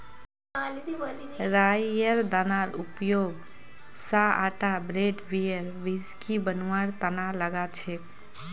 राईयेर दानार उपयोग स आटा ब्रेड बियर व्हिस्की बनवार तना लगा छेक